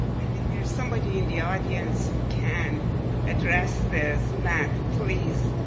i think there's somebody in the audience who can address this. matt, please.